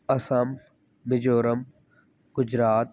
Assam Mizoram Gujarat